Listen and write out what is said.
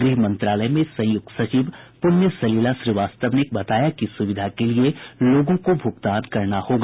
गृह मंत्रालय में संयुक्त सचिव पुण्य सलिला श्रीवास्तव ने बताया कि इस सुविधा के लिए लोगों को भुगतान करना होगा